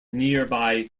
nearby